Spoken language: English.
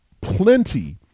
plenty